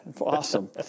Awesome